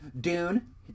Dune